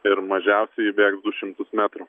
ir mažiausieji bėgs du šimtus metrų